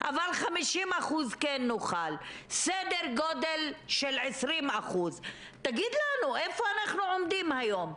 אבל 50% כן נוכל - סדר גודל של 20%. תגיד לנו איפה אנחנו עומדים היום?